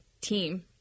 team